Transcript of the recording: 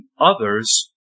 others